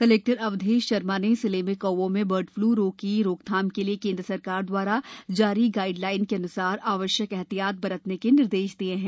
collector Awadhesh Sharma ने जिले में कौओं में बर्ड फ्लू रोग की रोकथाम के लिए केंद्र सरकार द्वारा जारी गाईड लाईन के अन्सार आवश्यक एहतियात बरतने के निर्देश जारी किए है